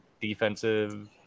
defensive